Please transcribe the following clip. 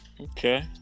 Okay